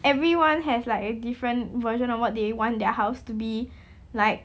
everyone has like a different version of what they want their house to be like